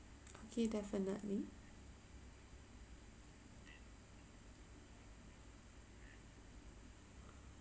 okay definitely